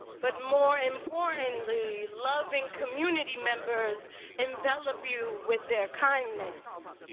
but, more importantly, loving community members envelop you with their kindness.